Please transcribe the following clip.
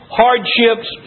hardships